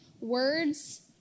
words